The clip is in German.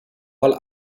mal